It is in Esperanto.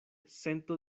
sento